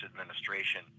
administration